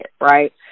Right